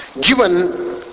given